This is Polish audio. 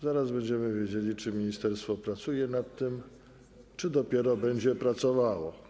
Zaraz będziemy wiedzieli, czy ministerstwo pracuje nad tym czy dopiero będzie pracowało.